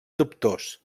dubtós